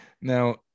Now